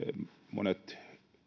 monet